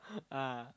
ah